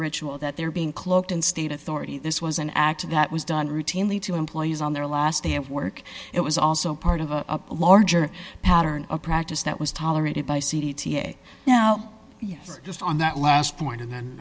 that they're being cloaked in state authority this was an act that was done routinely to employees on their last day of work it was also part of a larger pattern of practice that was tolerated by c t a yes just on that last point and then